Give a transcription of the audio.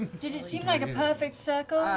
did it seem like a perfect circle, ah